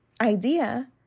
idea